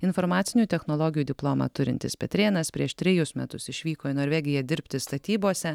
informacinių technologijų diplomą turintis petrėnas prieš trejus metus išvyko į norvegiją dirbti statybose